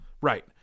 Right